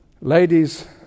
Ladies